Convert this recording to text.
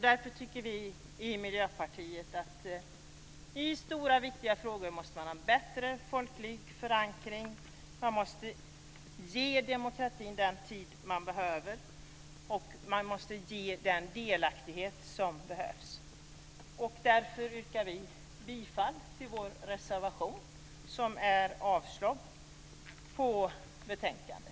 Därför tycker vi i Miljöpartiet att man måste ha bättre folklig förankring i stora viktiga frågor. Man måste ge demokratin den tid den behöver. Man måste ge den delaktighet som behövs. Därför yrkar vi bifall till vår reservation som innebär avslag på förslaget i betänkandet.